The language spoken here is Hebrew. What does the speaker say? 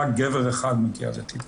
רק גבר אחד מגיע לטיפול.